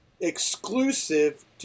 exclusive